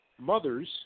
mothers